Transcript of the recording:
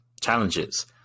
challenges